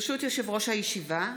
ברשות יושב-ראש הישיבה,